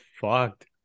fucked